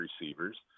receivers